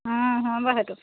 অঁ হয় বাৰু সেইটো